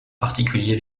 particulier